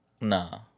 Nah